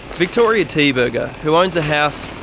victoria thieberger who owns a house,